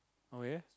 okay